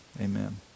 amen